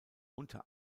unter